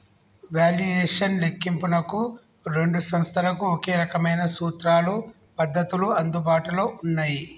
valuation లెక్కింపునకు రెండు సంస్థలకు ఒకే రకమైన సూత్రాలు, పద్ధతులు అందుబాటులో ఉన్నయ్యి